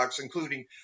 including